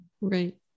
Right